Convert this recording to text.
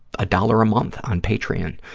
a dollar a month on patreon.